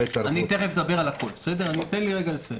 תיכף אדבר על הכול, תן לי לסיים.